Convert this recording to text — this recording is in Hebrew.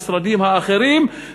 בכל המשרדים האחרים,